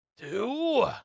two